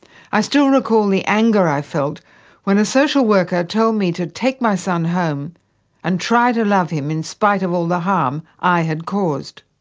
i still recall the anger i felt when a social worker told me to take my son home and try to love him, in spite of all the harm i had caused.